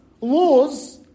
laws